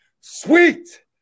sweet